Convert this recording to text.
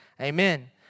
amen